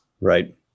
Right